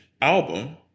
album